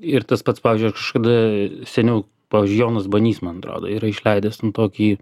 ir tas pats pavyzdžiui aš kažkada seniau pavyzdžiui jonas banys man atrodo yra išleidęs nu tokį